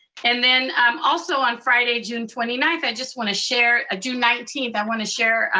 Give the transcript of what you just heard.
and then um also on friday, june twenty ninth, i just wanna share. ah june nineteenth, i wanna share,